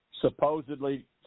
supposedly